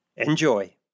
enjoy